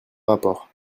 rapport